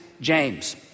James